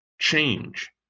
change